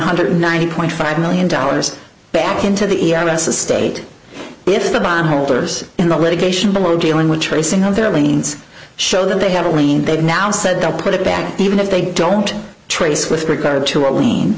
hundred and ninety point five million dollars back into the ers a state if the bondholders in the litigation below dealing with tracing of their liens show that they have a winning they've now said they'll put it back even if they don't trace with regard to a l